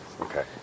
Okay